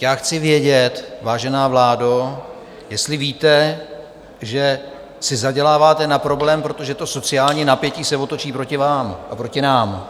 Já chci vědět, vážená vládo, jestli víte, že si zaděláváte na problém, protože to sociální napětí se otočí proti vám a proti nám.